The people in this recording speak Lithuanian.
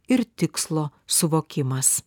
ir tikslo suvokimas